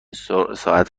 ساعت